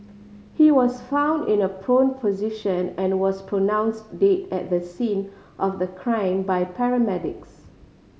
he was found in a prone position and was pronounced dead at the scene of the crime by paramedics